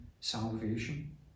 salvation